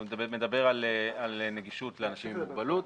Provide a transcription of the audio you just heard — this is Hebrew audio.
מדבר על נגישות לאנשים עם מוגבלות.